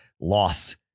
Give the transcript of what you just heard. loss